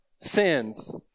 sins